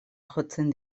jotzen